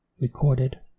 Recorded